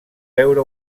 veure